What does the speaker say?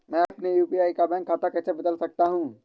मैं अपने यू.पी.आई का बैंक खाता कैसे बदल सकता हूँ?